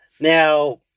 Now